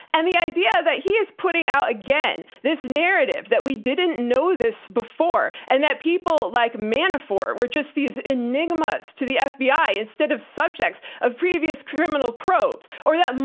and the idea that he is putting out again this narrative that we didn't know this before, and that people like manafort were just these enigmas to the ah fbi instead of subjects of previous criminal probes or that.